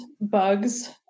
bugs